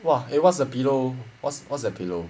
!wah! eh what's the piilow what's what's that pillow